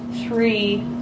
three